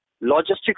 logistics